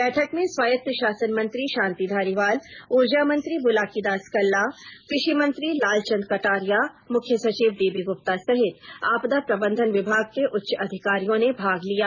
बैठक में स्वायत्त शासन मंत्री शांति धारिवाल उर्जा मंत्री बुलाकी दास कल्ला कृषि मंत्री लाल चंद कटारिया मुख्य सचिव डी बी गुप्ता सहित आपदा प्रबंधन विभाग के अच्च अधिकारियों ने भाग लिया